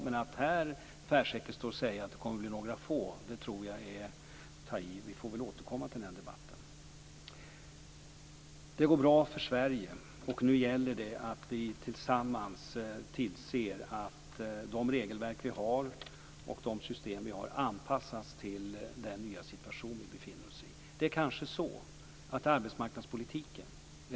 Men att här tvärsäkert stå och säga att det bara kommer att bli några få tror jag är att ta i. Vi får väl återkomma till den debatten. Det går bra för Sverige. Nu gäller det att vi tillsammans ser till att de regelverk och system som vi har anpassas till den nya situation vi befinner oss i.